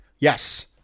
Yes